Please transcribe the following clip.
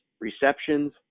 receptions